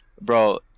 bro